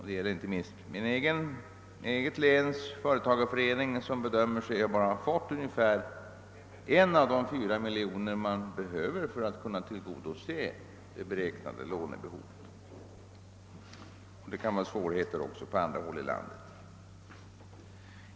Det gäller inte minst mitt eget läns företagarförening, som har fått bara ungefär 1 miljon av de 4 miljoner man bedömer sig behöva för att tillgodose det beräknade lånebehovet, men det föreligger svårigheter också på andra håll i landet.